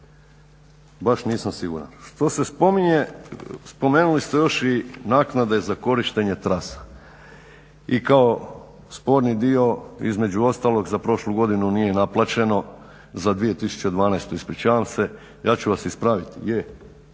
Baš nisam siguran. Što se spominje, spomenuli ste još i naknade za korištenje trasa i kao sporni dio, između ostalog za prošlu godinu nije naplaćeno, za 2012. ispričavam se, ja ću vas ispraviti